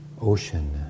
ocean